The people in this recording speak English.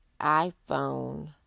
iPhone